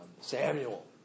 Samuel